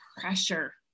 pressure